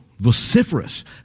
vociferous